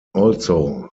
also